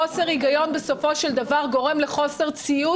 חוסר הגיון בסופו של דבר גורם לחוסר ציות